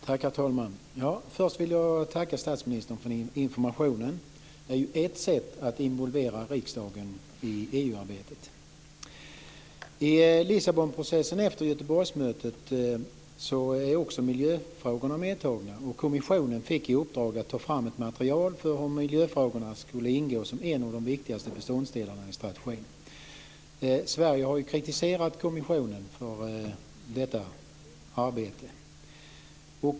Herr talman! Först vill jag tacka statsministern för informationen. Det är ett sätt att involvera riksdagen i I Lissabonprocessen efter Göteborgsmötet är också miljöfrågorna medtagna. Kommissionen fick i uppdrag att ta fram ett material för hur miljöfrågorna skulle ingå som en av de viktigaste beståndsdelarna i strategin. Sverige har ju kritiserat kommissionen för detta arbete.